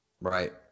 Right